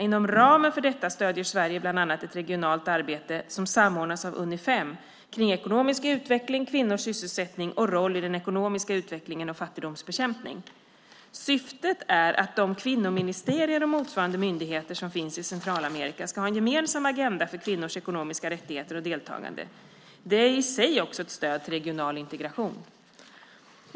Inom ramen för detta stöder Sverige bland annat ett regionalt arbete, som samordnas av Unifem, för ekonomisk utveckling, kvinnors sysselsättning och roll i den ekonomiska utvecklingen och fattigdomsbekämpning. Syftet är att de kvinnoministerier och motsvarande myndigheter som finns i Centralamerika ska ha en gemensam agenda för kvinnors ekonomiska rättigheter och deltagande. Det är i sig också ett stöd till regional integration.